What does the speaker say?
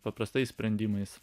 paprastais sprendimais